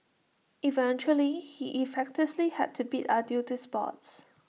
eventually he effectively had to bid adieu to sports